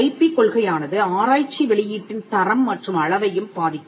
IP கொள்கையானது ஆராய்ச்சி வெளியீட்டின் தரம் மற்றும் அளவையும் பாதிக்கும்